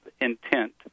intent